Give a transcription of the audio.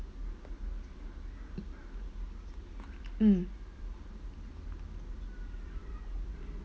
mm